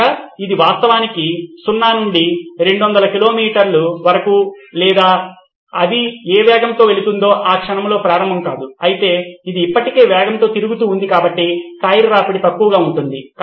కనుక ఇది వాస్తవానికి 0 నుండి 200 కిలోమీటర్ల వరకు లేదా అది ఏ వేగంతో వెళుతుందో ఆ క్షణంలో ప్రారంభం కాదు అయితే ఇది ఇప్పటికే వేగంతో తిరుగుతూ ఉంది కాబట్టి టైర్ రాపిడి తక్కువగా ఉంటుంది